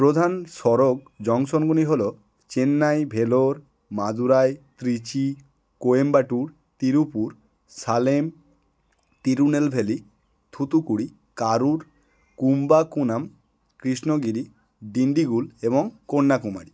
প্রধান সড়ক জংশনগুলি হলো চেন্নাই ভেলোর মাদুরাই ত্রিচি কোয়েম্বাটুর তিরুপুর সালেম তিরুনেল ভ্যালি থুথুকুড়ি কারুর কুম্বাকুনাম কৃষ্ণগিরি ডিন্ডিগুল এবং কন্যাকুমারী